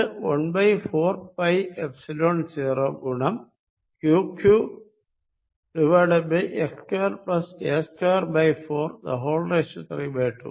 ഇത് 1 4 πϵ0 ഗുണം Qqx2 a2432